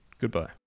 Goodbye